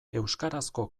euskarazko